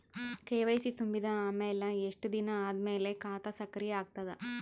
KYC ತುಂಬಿದ ಅಮೆಲ ಎಷ್ಟ ದಿನ ಆದ ಮೇಲ ಖಾತಾ ಸಕ್ರಿಯ ಅಗತದ?